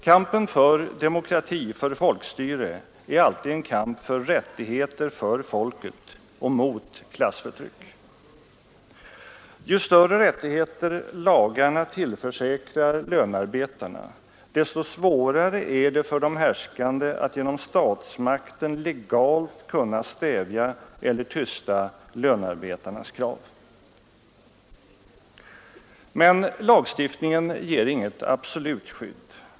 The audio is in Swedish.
Kampen för demokrati, för folkstyre, är alltid en kamp för rättigheter för folket och mot klassförtryck. Ju större rättigheter lagarna tillförsäkrar lönarbetarna, desto svårare är det för de härskande att genom statsmakten legalt kunna stävja eller tysta lönarbetarnas krav. Men lagstiftningen ger inget absolut skydd.